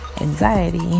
anxiety